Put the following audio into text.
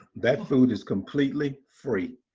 that food is completely free.